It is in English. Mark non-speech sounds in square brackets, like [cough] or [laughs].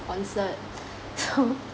sponsored [laughs]